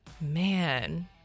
Man